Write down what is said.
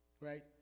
right